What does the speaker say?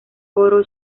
otto